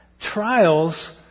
Trials